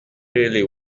really